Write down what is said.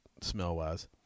smell-wise